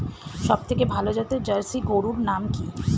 সবথেকে ভালো জাতের জার্সি গরুর নাম কি?